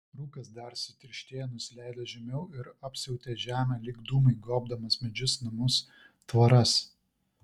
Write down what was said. rūkas dar sutirštėjo nusileido žemiau ir apsiautė žemę lyg dūmai gobdamas medžius namus tvoras